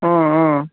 অঁ অঁ